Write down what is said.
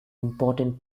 important